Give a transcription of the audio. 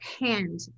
hand